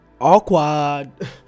awkward